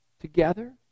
together